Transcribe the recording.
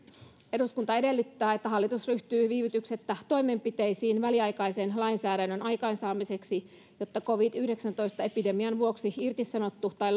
eduskunta edellyttää että hallitus ryhtyy viivytyksettä toimenpiteisiin väliaikaisen lainsäädännön aikaansaamiseksi jotta covid yhdeksäntoista epidemian vuoksi irtisanottu tai